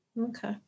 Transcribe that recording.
Okay